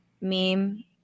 meme